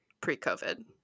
pre-COVID